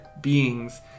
beings